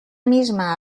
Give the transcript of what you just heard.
misma